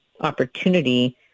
opportunity